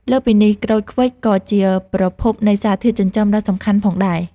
លើសពីនេះ ក្រូចឃ្វិចក៏ជាប្រភពនៃសារធាតុចិញ្ចឹមដ៏សំខាន់ផងដែរ។